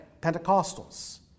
Pentecostals